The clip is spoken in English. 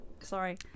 Sorry